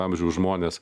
amžiaus žmonės